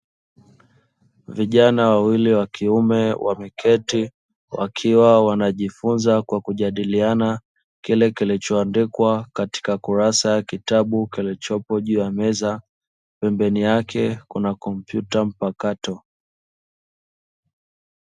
Vijana wawili wa kiume wameketi, wakiwa wanajifunza kwa kujadiliana kile kilichoandikwa katika kurasa ya kitabu kilichopo juu ya meza pembeni yake kuna kompyuta mpakato.